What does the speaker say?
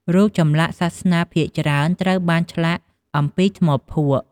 រូបចម្លាក់សាសនាភាគច្រើនត្រូវបានឆ្លាក់អំពីថ្មភក់។